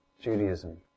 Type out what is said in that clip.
Judaism